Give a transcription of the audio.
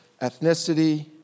ethnicity